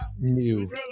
new